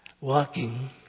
Walking